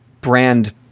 brand